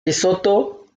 lesoto